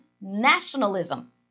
nationalism